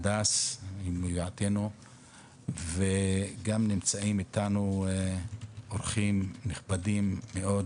הדס, וגם נמצאים אתנו אורחים נכבדים מאוד